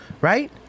Right